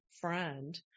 friend